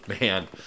Man